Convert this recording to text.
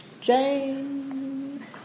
Jane